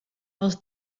els